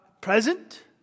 present